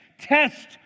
Test